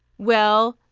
well,